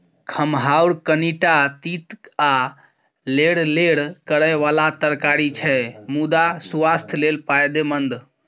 खमहाउर कनीटा तीत आ लेरलेर करय बला तरकारी छै मुदा सुआस्थ लेल फायदेमंद